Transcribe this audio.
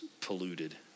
polluted